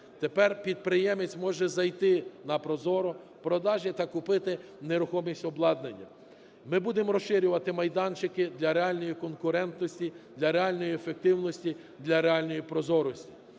Тепер підприємець може зайти на "ProZorro. Продажі" та купити нерухомість, обладнання. Ми будемо розширювати майданчики для реальної конкурентності, для реальної, ефективної, для реальної прозорості.